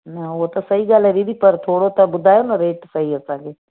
न उहो त सही ॻाल्हि आहे दीदी पर थोरो त ॿुधायो न रेट सही असांखे